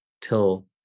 till